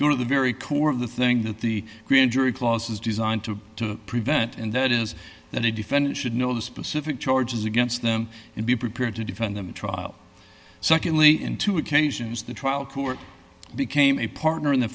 going to the very core of the thing that the injury clause is designed to prevent and that is that a defendant should know the specific charges against them and be prepared to defend them to trial secondly in two occasions the trial court became a partner in the